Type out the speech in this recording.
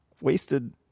wasted